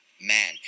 man